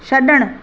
छड॒णु